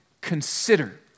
consider